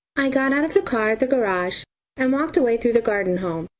i got out of the car at the garage and walked away through the garden home,